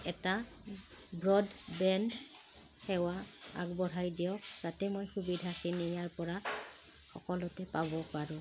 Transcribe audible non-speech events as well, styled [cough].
এটা [unintelligible] সেৱা আগবঢ়াই দিয়ক যাতে মই সুবিধাখিন ইয়াৰপৰা সকলোতে পাব পাৰোঁ